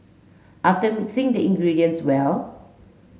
after mixing the ingredients well